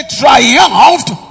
triumphed